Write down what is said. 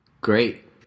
Great